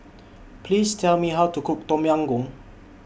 Please Tell Me How to Cook Tom Yam Goong